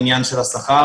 בין העניין של השכר,